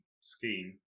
scheme